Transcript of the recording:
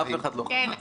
אף אחד לא חזה.